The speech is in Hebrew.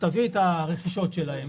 שתביא את הרכישות שלה,